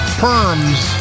perms